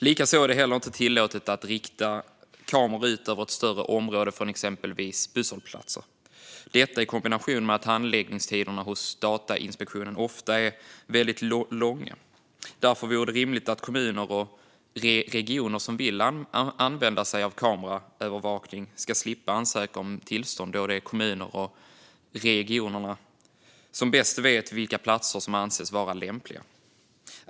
Likaså är det heller inte tillåtet att rikta kameror ut över ett större område från exempelvis busshållplatser - detta i kombination med att handläggningstiderna hos Datainspektionen ofta är väldigt långa. Det vore därför rimligt att kommuner och regioner som vill använda kameraövervakning ska slippa ansöka om tillstånd eftersom det är kommunerna och regionerna som bäst vet vilka platser som anses vara lämpliga.